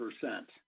percent